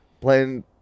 playing